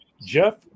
Jeff